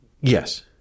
Yes